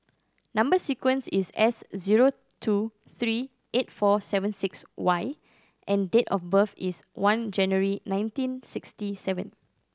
number sequence is S zero two three eight four seven six Y and date of birth is one January nineteen sixty seven